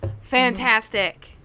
fantastic